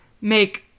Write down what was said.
make